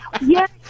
Yes